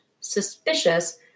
suspicious